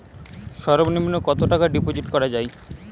সর্ব নিম্ন কতটাকা ডিপোজিট করা য়ায়?